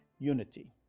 unity,